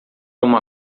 uma